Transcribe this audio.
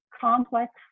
complex